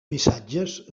missatges